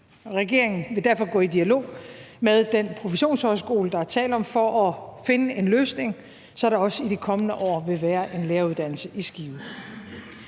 Regeringen vil derfor gå i dialog med den professionshøjskole, der er tale om, for at finde en løsning, så der også i de kommende år vil være en læreruddannelse i Skive.